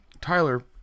Tyler